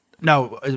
no